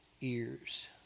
ears